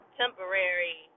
temporary